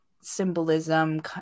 symbolism